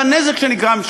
והנזק שנגרם,